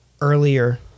earlier